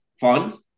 fun